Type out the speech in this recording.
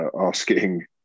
asking